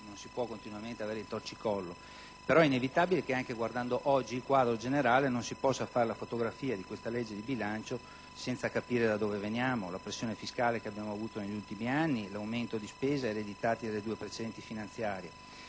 non si può continuamente avere il torcicollo. Però è inevitabile che anche guardando oggi il quadro generale non si possa fare la fotografia di questa legge di bilancio senza capire da dove veniamo, la pressione fiscale degli ultimi anni, l'aumento di spesa ereditato dalle due precedenti finanziarie.